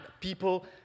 people